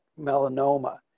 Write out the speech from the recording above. melanoma